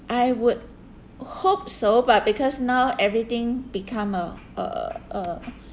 I would hope so but because now everything become a a a